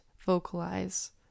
Vocalize